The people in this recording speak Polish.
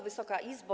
Wysoka Izbo!